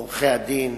עורכי-הדין,